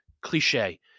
cliche